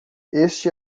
este